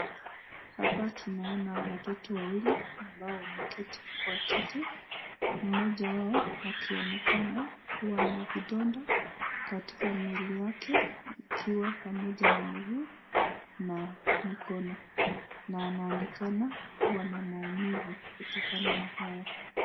Hapa tunaona watoto wawili ambao wameketi kwa kiti mmoja wao akionekana kuwa na vidonda, katika kwa mwili yake ikiwa pamoja na miguu na mikono, na na anaonekana kuwa na maumivu kutokana na haya.